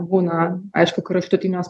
būna aišku kraštutiniuos